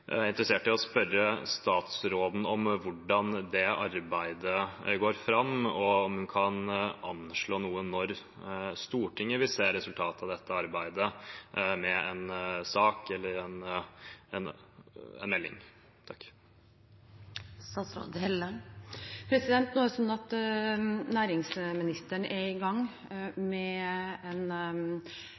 er jeg interessert i å spørre statsråden om hvordan det arbeidet går fram, og om hun kan anslå når Stortinget vil se resultatet av dette arbeidet, i form av en sak eller en melding. Næringsministeren er i gang med en